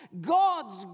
God's